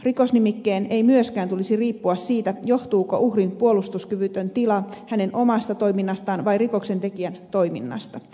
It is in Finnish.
rikosnimikkeen ei myöskään tulisi riippua siitä johtuuko uhrin puolustuskyvytön tila hänen omasta toiminnastaan vai rikoksen tekijän toiminnasta